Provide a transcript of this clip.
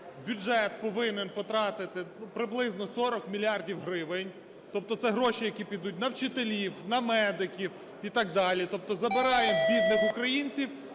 бюджет повинен потратити приблизно 40 мільярдів гривень, тобто це гроші, які підуть на вчителів, на медиків і так далі. Тобто забираємо у бідних українців.